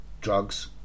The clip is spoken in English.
drugs